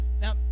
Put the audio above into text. Now